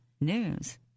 News